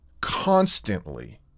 constantly